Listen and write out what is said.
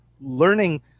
learning